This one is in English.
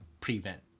prevent